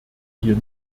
hier